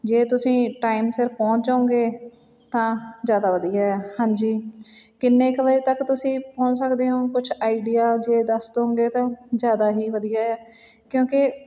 ਜੇ ਤੁਸੀਂ ਟਾਈਮ ਸਿਰ ਪਹੁੰਚ ਜਾਓਗੇ ਤਾਂ ਜ਼ਿਆਦਾ ਵਧੀਆ ਆ ਹਾਂਜੀ ਕਿੰਨੇ ਕੁ ਵਜੇ ਤੱਕ ਤੁਸੀਂ ਪਹੁੰਚ ਸਕਦੇ ਹੋ ਕੁਛ ਆਈਡੀਆ ਜੇ ਦੱਸ ਦੋਂਗੇ ਤਾਂ ਜ਼ਿਆਦਾ ਹੀ ਵਧੀਆ ਆ ਕਿਉਂਕਿ